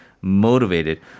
motivated